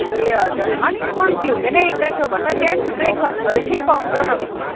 ए हजुर अलिक कम्ती हुँदैन एक्काइस सौ भन्दा बिहान ब्रेकफास्टबाट के पाउँछ तपाईँकोमा